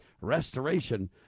restoration